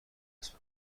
کسب